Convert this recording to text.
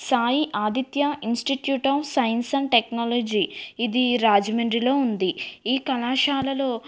Sai Aditya institute of science and technology ఇది రాజమండ్రిలో ఉంది ఈ కళాశాలలో